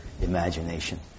imagination